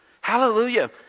Hallelujah